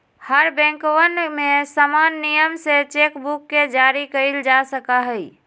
हर बैंकवन में समान नियम से चेक बुक के जारी कइल जा सका हई